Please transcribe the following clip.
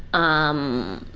um.